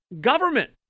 government